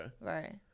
Right